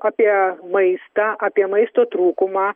apie maistą apie maisto trūkumą